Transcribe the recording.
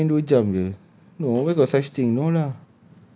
kira apa you main dua jam jer no where got such thing no lah